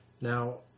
Now